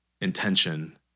intention